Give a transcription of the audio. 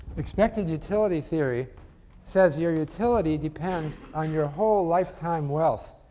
expected utility theory says, your utility depends on your whole lifetime wealth,